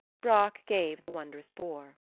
brock gave the wondrous boar.